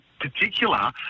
particular